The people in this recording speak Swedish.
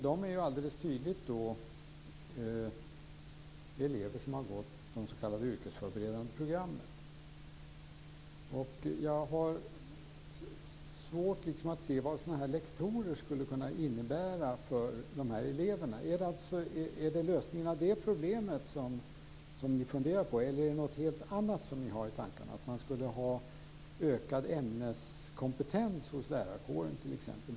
Det är alldeles tydligt elever som har gått de s.k. yrkesförberedande programmen. Jag har svårt att se vad lektorer skulle kunna innebära för de här eleverna. Är det lösningen av det problemet som ni funderar på? Eller är det någonting helt annat, t.ex. att man skulle ha ökad ämneskompetens hos lärarkåren, som ni har i tankarna?